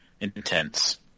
intense